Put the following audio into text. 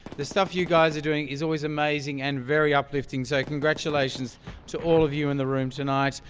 the stuff you guys are doing is always amazing and very uplifting, so congratulations to all of you in the room tonight.